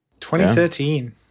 2013